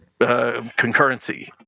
concurrency